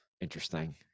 interesting